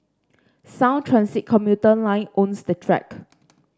Sound Transit commuter line owns the track